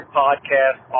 podcast